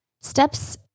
steps